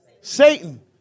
Satan